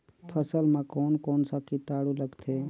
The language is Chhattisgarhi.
फसल मा कोन कोन सा कीटाणु लगथे?